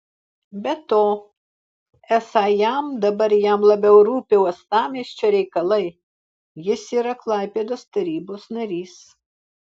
be to esą jam dabar jam labiau rūpi uostamiesčio reikalai jis yra klaipėdos tarybos narys